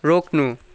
रोक्नु